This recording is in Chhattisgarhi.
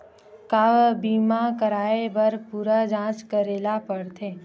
का बीमा कराए बर पूरा जांच करेला पड़थे?